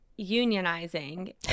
unionizing